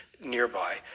nearby